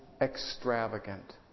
extravagant